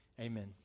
Amen